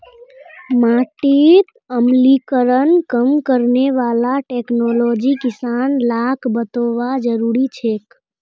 माटीत अम्लीकरण कम करने वाला टेक्नोलॉजी किसान लाक बतौव्वा जरुरी छेक